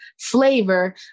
flavor